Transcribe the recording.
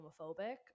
homophobic